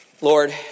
Lord